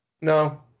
No